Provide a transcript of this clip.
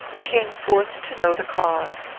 came forth to know the cause.